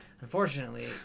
Unfortunately